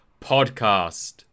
podcast